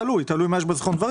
תלוי מה שי בזיכרון דברים.